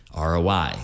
ROI